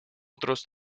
otros